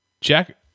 Jack